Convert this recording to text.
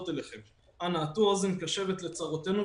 ארגונים שעוסקים בקידום מדיניות,